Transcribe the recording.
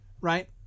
right